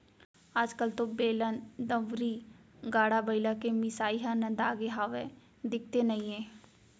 आज कल तो बेलन, दउंरी, गाड़ा बइला के मिसाई ह नंदागे हावय, दिखते नइये